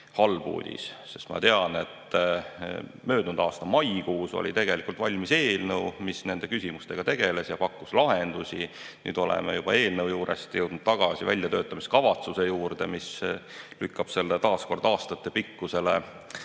halb uudis, sest ma tean, et möödunud aasta maikuus oli tegelikult valmis eelnõu, mis nende küsimustega tegeles ja pakkus lahendusi. Nüüd oleme juba [valmis] eelnõu juurest jõudnud tagasi väljatöötamiskavatsuse juurde, mis lükkab selle taas aastatepikkusele